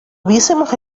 hubiésemos